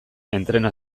entrena